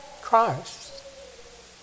Christ